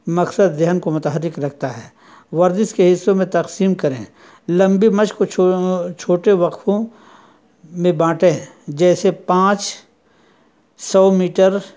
مقصد ذہن کو متحرک رکھتا ہے ورزش کے حصوں میں تقسیم کریں لمبی مشق کو چھوٹے وقفوں میں بانٹیں جیسے پانچ سو میٹر